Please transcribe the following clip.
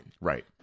Right